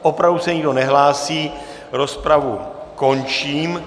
Opravdu se nikdo nehlásí, rozpravu končím.